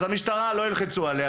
אז לא ילחצו על המשטרה,